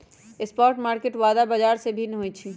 spot market वायदा बाजार से भिन्न होइ छइ